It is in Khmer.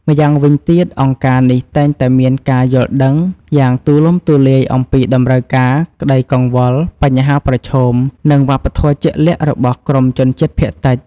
ម្យ៉ាងវិញទៀត អង្គការនេះតែងតែមានការយល់ដឹងយ៉ាងទូលំទូលាយអំពីតម្រូវការ ក្តីកង្វល់ បញ្ហាប្រឈម និងវប្បធម៌ជាក់លាក់របស់ក្រុមជនជាតិភាគតិច។